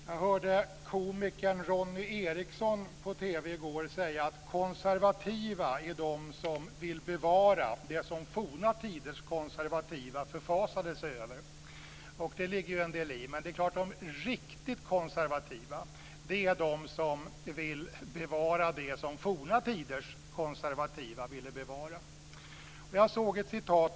Jag hörde komikern Ronny Eriksson säga på TV i går att konservativa är de som vill bevara det som forna tiders konservativa förfasade sig över, och det ligger en del i det. Men de riktigt konservativa är förstås de som vill bevara det som forna tiders konservativa ville bevara.